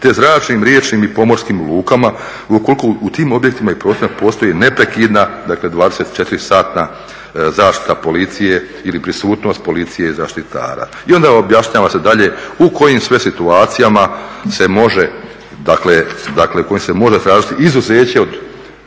te zračnim, riječnim i pomorskim lukama. Ukoliko u tim objektima i prostorima postoji neprekidna, dakle 24 satna zaštita policije ili prisutnost policije i zaštitara. I onda objašnjava se dalje u kojim sve situacijama se može, dakle kojim se može tražiti izuzeće od